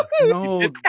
No